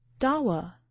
Dawa